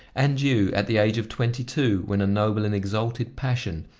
and you, at the age of twenty-two when a noble and exalted passion,